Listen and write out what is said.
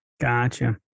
Gotcha